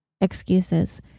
excuses